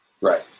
Right